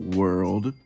world